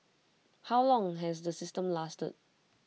how long has the system lasted